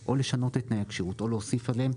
-- או לשנות את תנאי הכשירות או להוסיף עליהם,